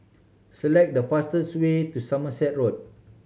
select the fastest way to Somerset Road